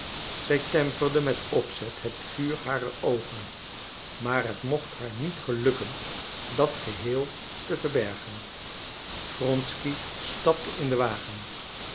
zij temperde met opzet het vuur harer oogen maar het mocht haar niet gelukken dat geheel te verbergen wronsky stapte in den wagen